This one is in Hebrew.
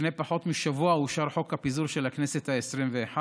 לפני פחות משבוע אושר חוק הפיזור של הכנסת העשרים-ואחת,